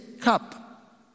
cup